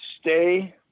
stay